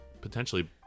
Potentially